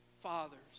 fathers